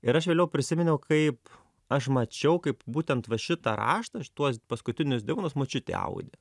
ir aš vėliau prisiminiau kaip aš mačiau kaip būtent va šitą raštą šituos paskutinius divonus močiutė audė